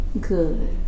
Good